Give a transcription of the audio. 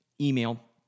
email